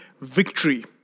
victory